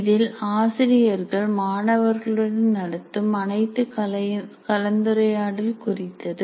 இதில் ஆசிரியர்கள் மாணவர்களுடன் நடத்தும் அனைத்து கலந்துரையாடல் குறித்தது